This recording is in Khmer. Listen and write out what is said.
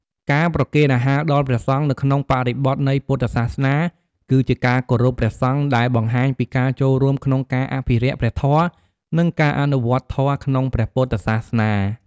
ការប្រគេនអាហារដល់ព្រះសង្ឃនៅក្នុងបរិបទនៃពុទ្ធសាសនា គឺជាការគោរពព្រះសង្ឃ ដែលបង្ហាញពីការចូលរួមក្នុងការអភិរក្សព្រះធម៌ និងការអនុវត្តធម៌ក្នុងព្រះពុទ្ធសាសនា។